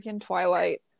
Twilight